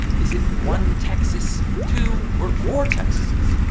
is it one texas? two, or four texases?